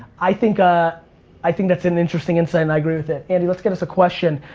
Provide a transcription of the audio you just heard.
i think, ah i think that's an interesting insight, and i gree with it. andy, let's get us a question.